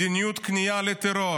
מדיניות כניעה לטרור.